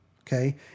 Okay